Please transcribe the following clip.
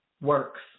works